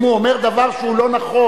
אם הוא אומר דבר שהוא לא נכון,